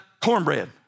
Cornbread